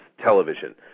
television